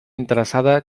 interessada